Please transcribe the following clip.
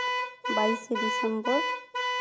ᱵᱟᱭᱤᱥᱮ ᱰᱤᱥᱮᱢᱵᱚᱨ